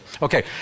Okay